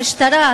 המשטרה,